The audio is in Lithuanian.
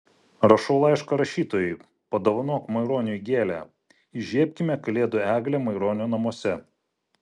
rašau laišką rašytojui padovanok maironiui gėlę įžiebkime kalėdų eglę maironio namuose